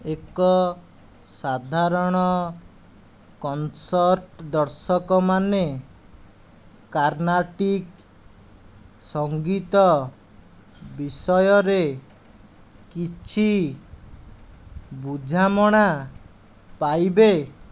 ଏକ ସାଧାରଣ କନସର୍ଟ ଦର୍ଶକମାନେ କାର୍ନାଟିକ୍ ସଂଗୀତ ବିଷୟରେ କିଛି ବୁଝାମଣା ପାଇବେ